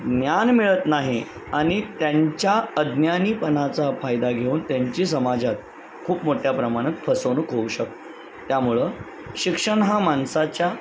ज्ञान मिळत नाही आणि त्यांच्या अज्ञानीपणाचा फायदा घेऊन त्यांची समाजात खूप मोठ्या प्रमाणात फसवणूक होऊ शकते त्यामुळं शिक्षण हा माणसाच्या